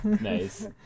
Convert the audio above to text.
nice